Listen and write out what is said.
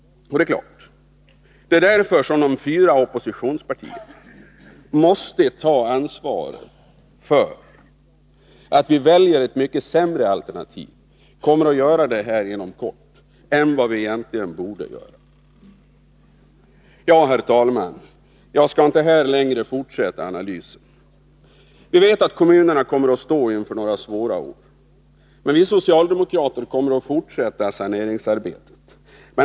Det är mot denna bakgrund som de fyra oppositionspartierna måste ta ansvar för att vi inom kort kommer att välja ett mycket sämre alternativ än vad vi egentligen borde göra. Herr talman! Jag skall inte här fortsätta analysen. Vi vet att kommunerna kommer att stå inför några svåra år. Men vi socialdemokrater kommer att fortsätta saneringsarbetet.